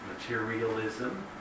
materialism